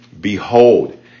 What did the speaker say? Behold